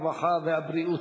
הרווחה והבריאות.